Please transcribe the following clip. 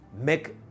Make